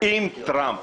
אם טראמפ